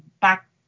back